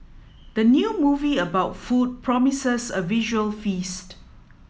the new movie about food promises a visual feast